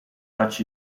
dutch